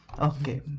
Okay